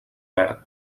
verd